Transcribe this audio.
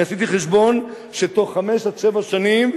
אני עשיתי חשבון, שבתוך חמש עד שבע שנים,